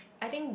I think